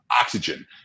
oxygen